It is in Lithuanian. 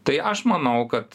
tai aš manau kad